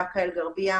באקה אל גרבייה,